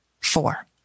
Four